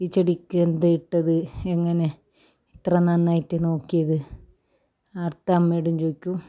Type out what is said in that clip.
ഈ ചെടിക്ക് എന്ത് ഇട്ടത് എങ്ങനെ ഇത്ര നന്നായിട്ട് നോക്കിയത് ആടുത്തമ്മേടും ചോദിക്കും